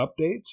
updates